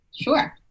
Sure